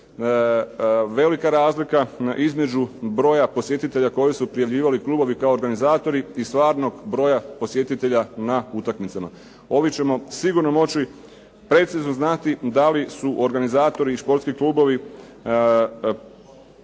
velika razlika između broja posjetitelja koje su prijavljivali klubovi kao organizatori i stvarnog broja posjetitelja na utakmicama. Ovim ćemo sigurno moći precizno znati da li su organizatori i športski klubovi